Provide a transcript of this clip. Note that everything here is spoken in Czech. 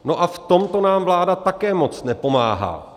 A v tomto nám vláda také moc nepomáhá.